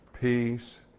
peace